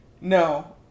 no